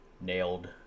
nailed